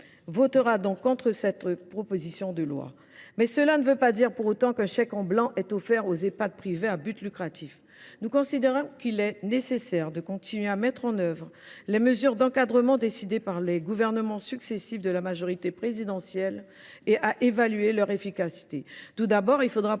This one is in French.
votera contre cette proposition de loi. Cela ne signifie pas pour autant que nous signons un chèque en blanc aux Ehpad privés à but lucratif. Nous considérons qu’il est nécessaire de continuer à mettre en œuvre les mesures d’encadrement décidées par les gouvernements successifs de la majorité présidentielle, tout en évaluant leur efficacité. Tout d’abord, il sera